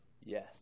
yes